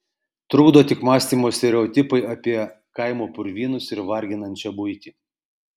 trukdo tik mąstymo stereotipai apie kaimo purvynus ir varginančią buitį